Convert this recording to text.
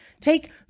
take